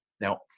Now